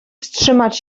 wstrzymać